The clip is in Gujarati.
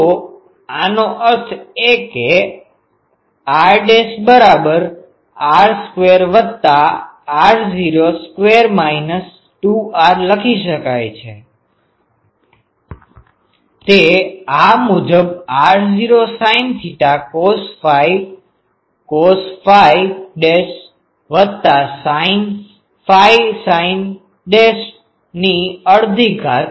તો આનો અર્થ એ કેrr2r02 2r r ડેશ બરાબર r સ્ક્વેર વત્તા r0 સ્ક્વેર માઇનસ 2 r લખી શકાય છે તે આમુજબ r0sin cos cos sin sin φ 12r0 sine theta cos phi cos phi dash વત્તા sine phi sine phi dash ની અડધીઘાત